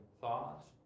thoughts